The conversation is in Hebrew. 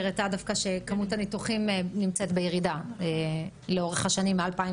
היא הראתה שכמות הניתוחים נמצאת בירידה לאורך השנים מ-2015